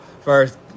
First